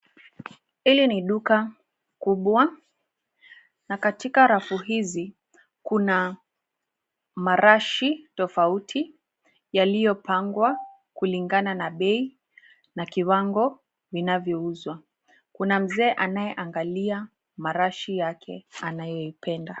Hili ni duka kubwa na katika rafu hizi kuna marashi tofauti yaliyopangwa kulingana na bei na kiwango vinavyouzwa. Kuna mzee anayeangalia marashi yake anayoipenda.